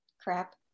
crap